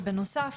ובנוסף,